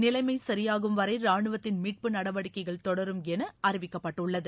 நிலைமை சரியாகும்வரை ராணுவத்தின் மீட்பு நடவடிக்கைகள் தொடரும் என அறிவிக்கப்பட்டுள்ளது